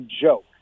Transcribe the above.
joke